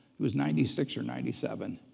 he was ninety six or ninety seven,